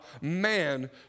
man